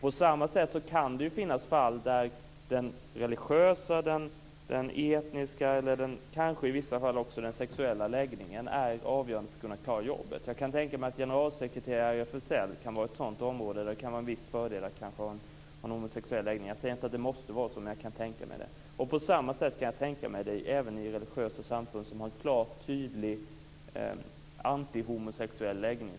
På samma sätt kan det finnas fall där den religiösa eller den etniska tillhörigheten och kanske i vissa fall den sexuella läggningen är avgörande för att man skall klara jobbet. Jag kan tänka mig att generalsekreterare i RFSL är en sådan uppgift där det kan vara en viss fördel att ha en homosexuell läggning. Jag säger inte att det måste vara så, men jag kan tänka mig det. På samma sätt kan jag tänka mig att detta skulle kunna förekomma även i religiösa samfund som har en tydlig antihomosexuell läggning.